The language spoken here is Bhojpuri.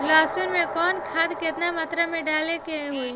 लहसुन में कवन खाद केतना मात्रा में डाले के होई?